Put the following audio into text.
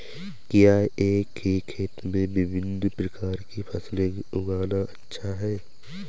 क्या एक ही खेत में विभिन्न प्रकार की फसलें उगाना अच्छा है?